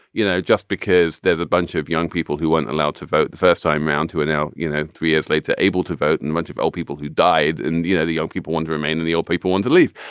you know just because there's a bunch of young people who weren't allowed to vote the first time round two are now you know three years later able to vote and a bunch of old people who died and you know the young people want to remain in the old people want to leave.